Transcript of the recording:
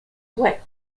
wet